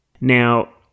Now